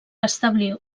establir